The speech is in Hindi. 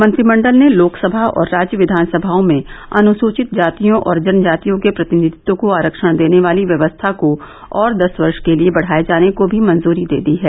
मंत्रिमण्डल ने लोकसभा और राज्य विधानसभाओं में अनुसचित जातियों और जनजातियों के प्रतिनिधित्व को आरक्षण देने वाली व्यवस्था को और दस वर्ष के लिए बढ़ाए जाने को भी मंजूरी दे दी है